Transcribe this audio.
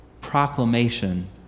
proclamation